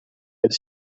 del